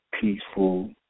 peaceful